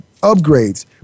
upgrades